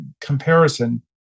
comparison